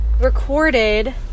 recorded